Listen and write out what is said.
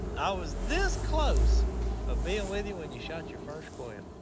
i was this close of being with you when you shot your first quail.